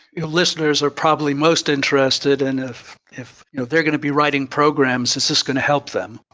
listeners are probably most interested and if if you know they're going to be writing programs, is this going to help them?